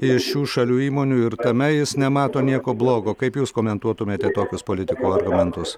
iš šių šalių įmonių ir tame jis nemato nieko blogo kaip jūs komentuotumėte tokius politikų argumentus